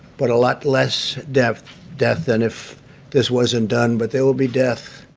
but a lot less death death than if this wasn't done. but there will be death.